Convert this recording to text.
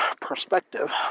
perspective